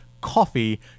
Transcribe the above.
coffee